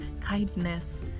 kindness